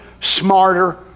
smarter